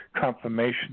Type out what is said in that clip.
confirmation